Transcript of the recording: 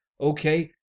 Okay